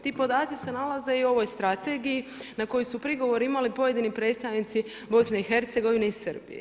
Ti podaci se nalaze i u ovoj strategiji na koji su prigovori imali pojedini predstavnici BIH i Srbije.